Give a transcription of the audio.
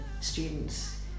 students